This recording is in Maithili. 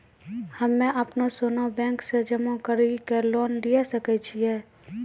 हम्मय अपनो सोना बैंक मे जमा कड़ी के लोन लिये सकय छियै?